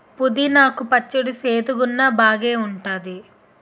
పుదీనా కు పచ్చడి సేదుగున్నా బాగేఉంటాది